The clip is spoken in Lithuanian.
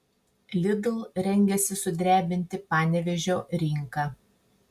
lidl rengiasi sudrebinti panevėžio rinką